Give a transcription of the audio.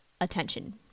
attention